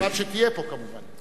שתהיה פה, כמובן.